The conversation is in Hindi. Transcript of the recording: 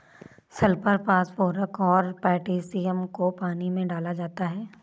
सल्फर फास्फोरस और पोटैशियम को पानी में डाला जाता है